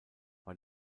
war